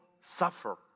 suffer